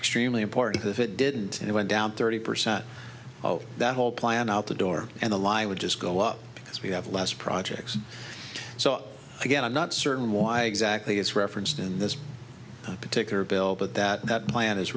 extremely important if it didn't and it went down thirty percent of that whole plan out the door and the lie would just go up because we have less projects so again i'm not certain why exactly it's referenced in this particular bill but that plan is